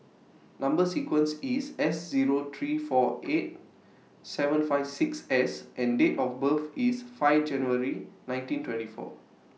Number sequence IS S Zero three four eight seven five six S and Date of birth IS five January nineteen twenty four